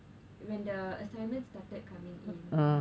when the assignment started coming in